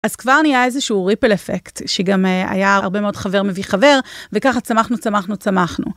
אז כבר נהיה איזשהו ריפל אפקט, שגם היה הרבה מאוד חבר מביא חבר, וככה צמחנו, צמחנו, צמחנו.